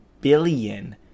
billion